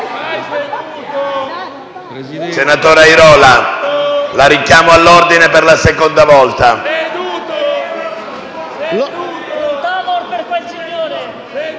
Senatore Airola, la richiamo all'ordine per la seconda volta.